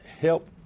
help